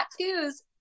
tattoos